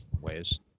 ways